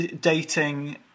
dating